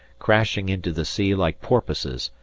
crashing into the sea like porpoises,